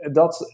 dat